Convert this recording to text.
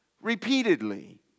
repeatedly